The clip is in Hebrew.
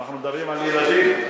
אנחנו מדברים על ילדים.